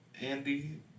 Andy